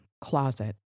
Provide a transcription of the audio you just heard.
closet